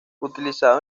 utilizado